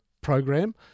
program